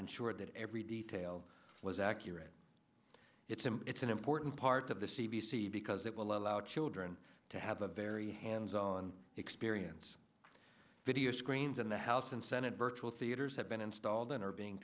ensured that every detail was accurate it's a it's an important part of the c b c because it will allow children to have a very hands on experience video screens in the house and senate virtual theaters have been installed and are being